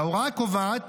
ההוראה קובעת,